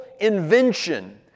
invention